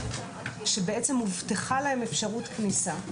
שבעצם הובטחה להם אפשרות כניסה,